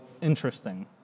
interesting